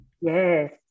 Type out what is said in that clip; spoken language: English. Yes